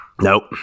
nope